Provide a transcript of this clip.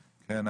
כן.